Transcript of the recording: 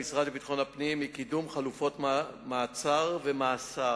המשרד לביטחון הפנים מתמקד היא קידום חלופות מעצר ומאסר.